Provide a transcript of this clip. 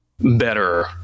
better